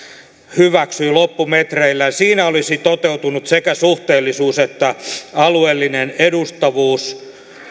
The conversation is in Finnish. hyväksyi loppumetreillään siinä olisi toteutunut sekä suhteellisuus että alueellinen edustavuus